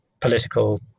political